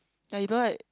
ya he don't like